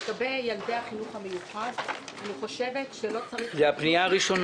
הנושא השני